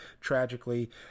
tragically